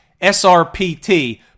SRPT